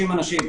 30 אנשים.